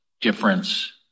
difference